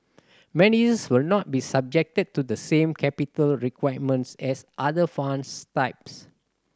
managers will not be subject to the same capital requirements as other funds types